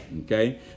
okay